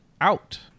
out